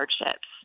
hardships